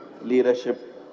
leadership